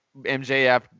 MJF